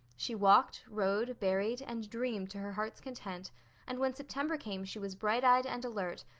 she walked, rowed, berried, and dreamed to her heart's content and when september came she was bright-eyed and alert,